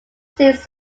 states